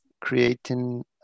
creating